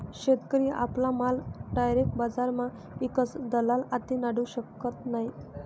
शेतकरी आपला माल डायरेक बजारमा ईकस दलाल आते नाडू शकत नै